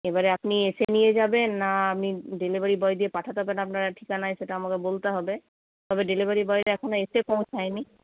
এবারে আপনি এসে নিয়ে যাবেন না আমি ডেলিভারি বয় দিয়ে পাঠাতে হবে আপনার ঠিকানায় সেটা আমাকে বলতে হবে তবে ডেলিভারি বয়রা এখনও এসে পৌঁছায়নি